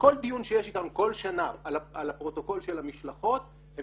בכל דיון שיש איתם כל שנה על הפרוטוקול של המשלחות הם